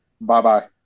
Bye-bye